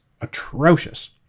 atrocious